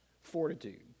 fortitude